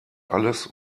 alles